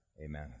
Amen